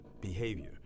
behavior